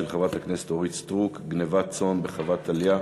של חברת הכנסת אורית סטרוק: גנבת צאן בחוות-טליה.